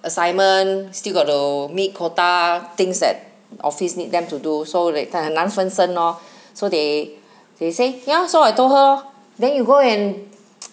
assignment still got to meet quota things that office need back to do so like 她很难分身咯 so they they say you so ya I told her lor then you go and